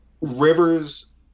Rivers